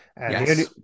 Yes